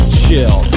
chill